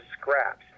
scraps